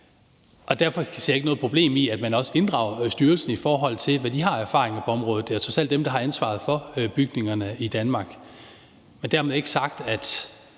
Derfor ser jeg ikke noget problem i, at man også inddrager styrelsen, i forhold til hvad de har af erfaringer på området. Det er trods alt dem, der har ansvaret for bygningerne i Danmark. Men det er selvfølgelig